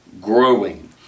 growing